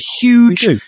huge